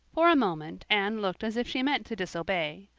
for a moment anne looked as if she meant to disobey.